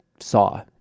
saw